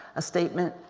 a statement,